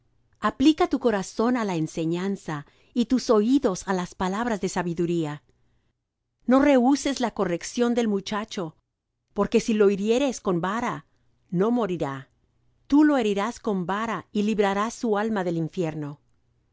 aplica tu corazón á la enseñanza y tus oídos á las palabras de sabiduría no rehuses la corrección del muchacho porque si lo hirieres con vara no morirá tú lo herirás con vara y librarás su alma del infierno